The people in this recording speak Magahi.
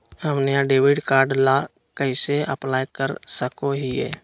हम नया डेबिट कार्ड ला कइसे अप्लाई कर सको हियै?